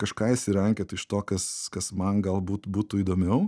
kažką išsirankiot iš to kas kas man galbūt būtų įdomiau